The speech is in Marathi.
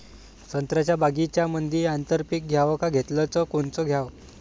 संत्र्याच्या बगीच्यामंदी आंतर पीक घ्याव का घेतलं च कोनचं घ्याव?